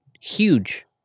huge